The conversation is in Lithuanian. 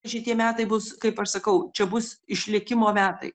šitie metai bus kaip aš sakau čia bus išlikimo metai